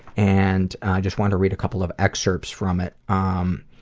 and i just want to read a couple of exerts from it. um